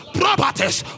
properties